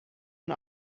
and